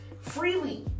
freely